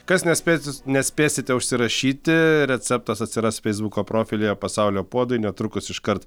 kas nespėsit nespėsite užsirašyti receptas atsiras feisbuko profilyje pasaulio puodai netrukus iškart